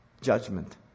judgment